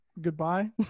Goodbye